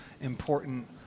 important